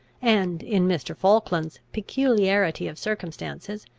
and in mr. falkland's peculiarity of circumstances,